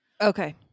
okay